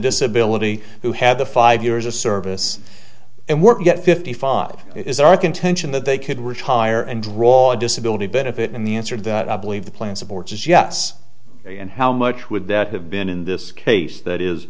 disability who had the five years of service and work get fifty five is our contention that they could retire and draw disability benefit in the answer that i believe the plan supports is yes and how much would that have been in this case that is